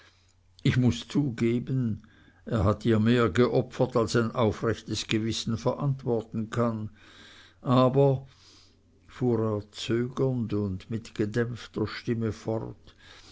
ich muß zugeben er hat ihr mehr geopfert als ein aufrechtes gewissen verantworten kann aber fuhr er zögernd und mit gedämpfter stimme fort